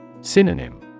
Synonym